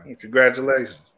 Congratulations